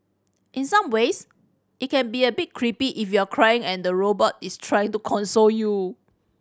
in some ways it can be a bit creepy if you're crying and the robot is try to console you